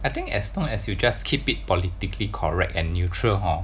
I think as long as you just keep it politically correct and neutral hor